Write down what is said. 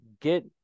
get